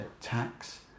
tax